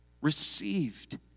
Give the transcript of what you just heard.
received